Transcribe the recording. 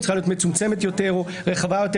צריכה להיות מצומצמת יותר או רחבה יותר,